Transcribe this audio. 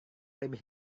lebih